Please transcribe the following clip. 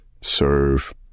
serve